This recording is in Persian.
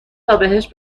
تابهش